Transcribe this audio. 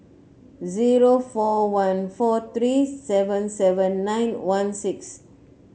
zero four one four three seven seven nine one six